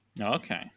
Okay